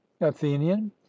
athenian